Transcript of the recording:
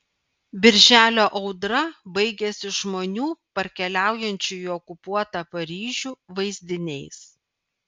birželio audra baigiasi žmonių parkeliaujančių į okupuotą paryžių vaizdiniais